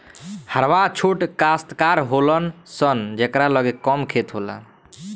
हरवाह छोट कास्तकार होलन सन जेकरा लगे कम खेत होला